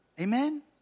Amen